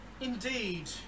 Indeed